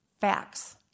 Facts